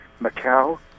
Macau